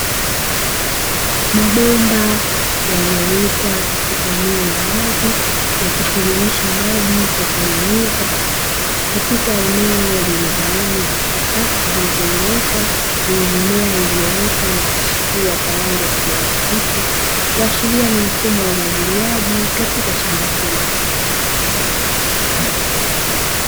Mabomba yaliyowekwa katika eneo la wazi yakitiririsha maji kwa kunyunyiza katika eneo lililogawanywa katika safu zilizonyooka zenye mimea iliyo ota na kuchipua kwa rangi ya kijani kibichi kuashiria ni mfumo wa umwagiliaji katika shamba hilo